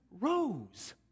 rose